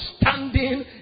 standing